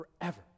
forever